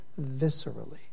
viscerally